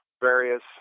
various